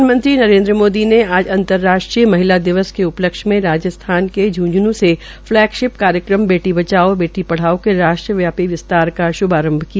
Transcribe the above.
प्रधानमंत्री नरेंद्र मोदी ने आज अंतर्राष्ट्रीय महिला दिवस के उपलक्ष्य में राजस्थान के झुंझुन् से फलैगशिप कार्यक्रम बेटी बचाओ बेटी पढ़ाओ के राष्ट्र व्यापी विस्तार का श्भारंभ किया